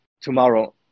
tomorrow